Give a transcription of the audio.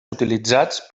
utilitzats